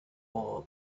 ore